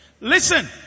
Listen